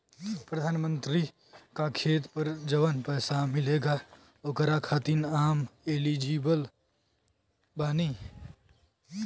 प्रधानमंत्री का खेत पर जवन पैसा मिलेगा ओकरा खातिन आम एलिजिबल बानी?